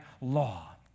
law